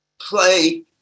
play